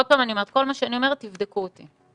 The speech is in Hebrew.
עוד פעם אני אומרת, כל מה שאני אומרת תבדקו אותי.